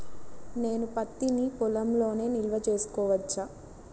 నేను పత్తి నీ పొలంలోనే నిల్వ చేసుకోవచ్చా?